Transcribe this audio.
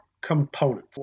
components